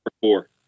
four